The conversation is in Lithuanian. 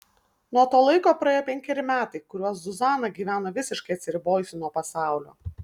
nuo to laiko praėjo penkeri metai kuriuos zuzana gyveno visiškai atsiribojusi nuo pasaulio